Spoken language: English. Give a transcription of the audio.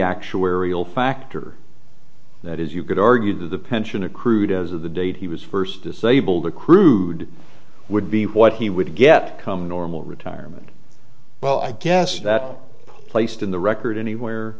actuarial factor that is you could argue that the pension accrued as of the date he was first disabled accrued would be what he would get come normal retirement well i guess that placed in the record anywhere